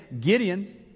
Gideon